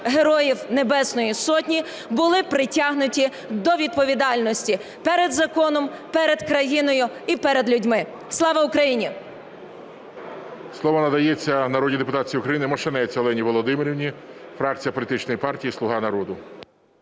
Героїв Небесної Сотні були притягнуті до відповідальності перед законом, перед країною і перед людьми. Слава Україні! ГОЛОВУЮЧИЙ. Слово надається народній депутатці України Мошенець Олені Володимирівні, фракція політичної партії "Слуга народу".